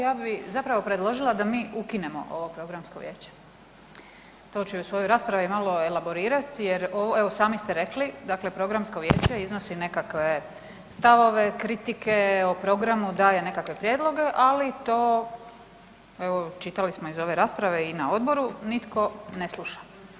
Ja bi zapravo predložila da mi ukinemo ovo Programsko vijeće, to ću i u svojoj raspravi malo elaborirat jer sami ste rekli dakle Programsko vijeće iznosi nekakve stavove, kritike o programu, daje nekakve prijedloge, ali to evo čitali smo iz ove rasprave i na odboru nitko ne sluša.